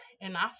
enough